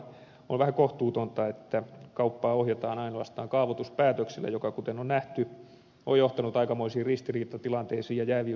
on vähän kohtuutonta että kauppaa ohjataan ainoastaan kaavoituspäätöksillä mikä kuten on nähty on johtanut aikamoisiin ristiriitatilanteisiin ja jääviystulkintoihin